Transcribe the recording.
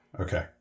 okay